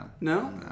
No